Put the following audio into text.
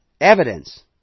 evidence